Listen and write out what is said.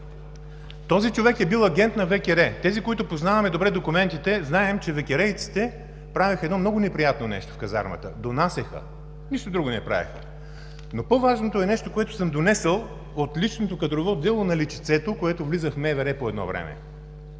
Този човек е бил агент на ВКР. Тези, които познаваме добре документите, знаем, че ВКР-ейците правят едно много неприятно нещо в казармата – донасяха. Нищо друго не правеха! Но по-важното е нещо, което съм донесъл от личното кадрово дело на личицето, което влиза в МВР по едно време